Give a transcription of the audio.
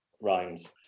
rhymes